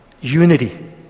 Unity